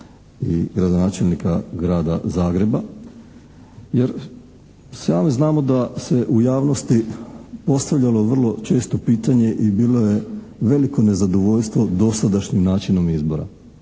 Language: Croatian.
i gradonačelnika Grada Zagreba. Jer sami znamo da se u javnosti postavljalo vrlo često pitanje i bilo je veliko nezadovoljstvo dosadašnjim načinom izbora